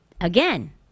Again